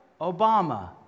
Obama